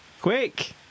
Quick